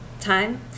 time